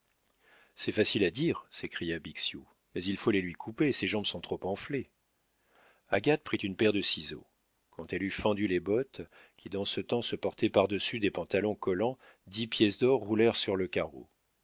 c'est facile à dire s'écria bixiou mais il faut les lui couper ses jambes sont trop enflées agathe prit une paire de ciseaux quand elle eut fendu les bottes qui dans ce temps se portaient par-dessus des pantalons collants dix pièces d'or roulèrent sur le carreau